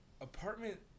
apartment